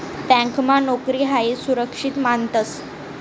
ब्यांकमा नोकरी हायी सुरक्षित मानतंस